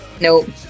Nope